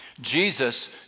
Jesus